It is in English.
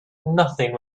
nothing